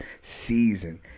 season